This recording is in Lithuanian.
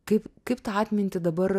kaip kaip tą atmintį dabar